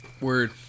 word